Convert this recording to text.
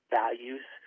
values